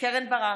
קרן ברק,